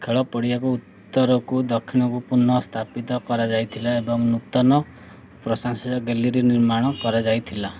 ଖେଳ ପଡ଼ିଆକୁ ଉତ୍ତରକୁ ଦକ୍ଷିଣକୁ ପୁନଃ ସ୍ଥାପିତ କରାଯାଇଥିଲା ଏବଂ ନୂତନ ପ୍ରଶଂସକ ଗ୍ୟାଲେରୀ ନିର୍ମାଣ କରାଯାଇଥିଲା